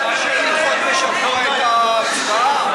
יכולת לדחות בשבוע את ההצבעה.